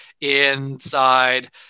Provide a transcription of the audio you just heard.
inside